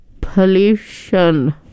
pollution